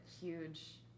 huge